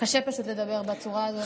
קשה לדבר בצורה הזו.